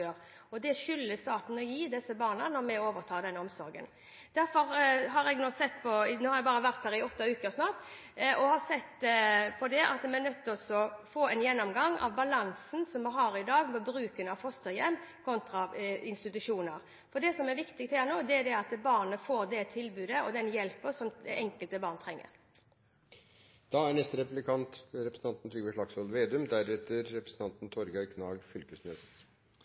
hadde før. Det skylder staten å gi disse barna når vi overtar omsorgen. Nå har jeg bare vært her i – snart – åtte uker, og har sett at vi er nødt til å få en gjennomgang av balansen som vi har i dag mellom bruken av fosterhjem kontra institusjoner. For det som er viktig her nå, er at barna får det tilbudet og den hjelpen som det enkelte barn trenger. I 2005 var fedrekvoten på fem uker. Neste år vil den bli på ti uker. Mitt spørsmål til statsråden er: